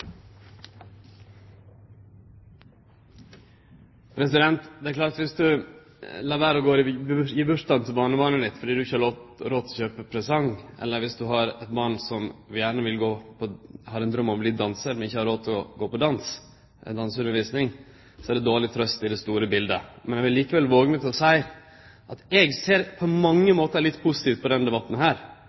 klart at om ein lèt vere å gå i gebursdagen til barnebarnet sitt fordi ein ikkje har råd til å kjøpe presang, eller om ein har eit barn som har ein draum om å verte dansar, men ikkje har råd til å la barnet få danseundervisning, er det dårleg trøst i det store biletet. Men eg vil likevel våge meg til å seie at eg på mange måtar ser litt positivt på denne debatten